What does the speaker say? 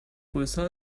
größer